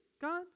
God